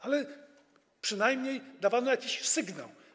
Ale przynajmniej dawano jakiś sygnał.